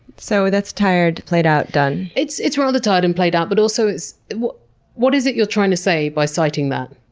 so that's tired, played out, done. it's it's rather tired and played out. but also, what what is it you're trying to say by citing that?